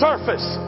Surface